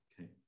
Okay